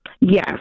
Yes